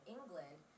England